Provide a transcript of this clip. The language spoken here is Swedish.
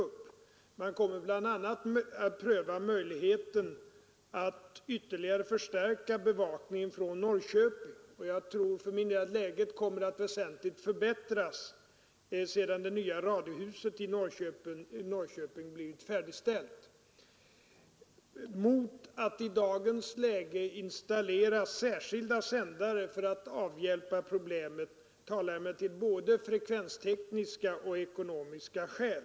Man kommer bl.a. att pröva möjligheten att ytterligare förstärka bevakningen från Norrköping, och jag tror för min del att läget kommer att väsentligt förbättras sedan det nya radiohuset i Norrköping blivit färdigställt. Nr 130 Mot att i dagens läge installera särskilda sändare för att avhjälpa Måndagen den problemet talar emellertid både frekvenstekniska och ekonomiska skäl.